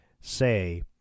say